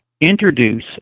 introduce